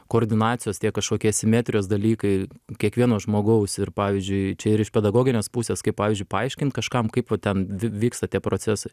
koordinacijos tie kažkokie asimetrijos dalykai kiekvieno žmogaus ir pavyzdžiui čia ir iš pedagoginės pusės kaip pavyzdžiui paaiškint kažkam kaip va ten vyksta tie procesai